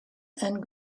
and